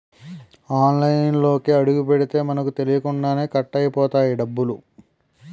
ఆన్లైన్లోకి అడుగుపెడితే మనకు తెలియకుండానే కట్ అయిపోతాయి డబ్బులు